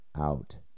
out